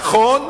נכון,